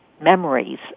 memories